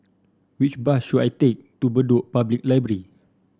which bus should I take to Bedok Public Library